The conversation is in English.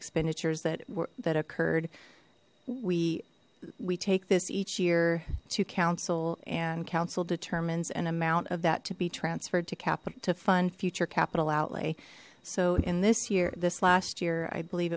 expenditures that were that occurred we we take this each year to counsel and counsel determines an amount of that to be transferred to capital to fund future capital outlay so in this year this last year i believe